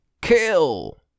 Kill